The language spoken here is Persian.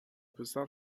پسر